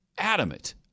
adamant